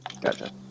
Gotcha